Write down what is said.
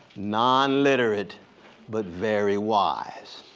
non-literate but very wise.